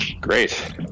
Great